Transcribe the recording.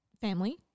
family